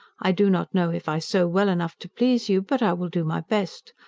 i do not know if i sew well enough to please you, but i will do my best.